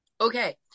Okay